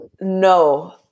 no